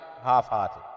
half-hearted